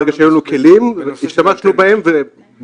ברגע שהיו לנו כלים השתמשנו בהם ובחומרה.